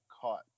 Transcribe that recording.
caught